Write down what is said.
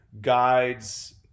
guides